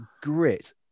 grit